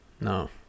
No